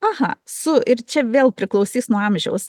aha su ir čia vėl priklausys nuo amžiaus